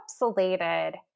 encapsulated